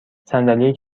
صندلی